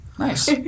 Nice